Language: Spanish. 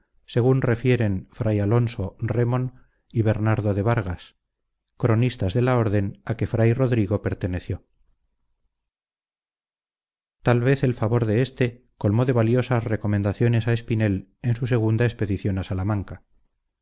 según refieren fray alonso remon y bernardo de vargas cronistas de la orden a que fray rodrigo perteneció tal vez el favor de éste colmó de valiosas recomendaciones a espinel en su segunda expedición a salamanca